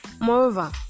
Moreover